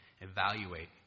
Evaluate